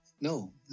No